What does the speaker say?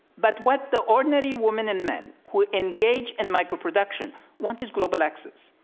but what the ordinary women and men who engage in micro-production want is global access.